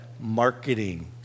marketing